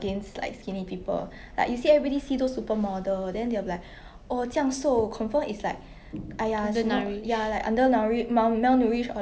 ya